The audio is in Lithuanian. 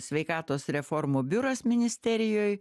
sveikatos reformų biuras ministerijoj